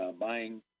buying